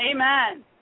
Amen